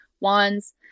wands